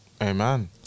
Amen